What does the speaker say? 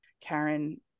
Karen